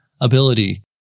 ability